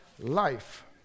life